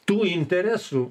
tų interesų